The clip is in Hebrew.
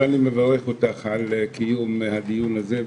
ואני מברך אותך על קיום הדיון הזה.